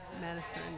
medicine